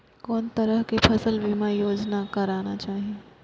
कोन तरह के फसल बीमा योजना कराना चाही?